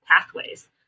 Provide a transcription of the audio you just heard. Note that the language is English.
pathways